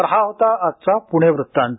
तर हा होता आजचा पुणे वृत्तांत